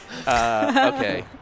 Okay